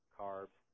carbs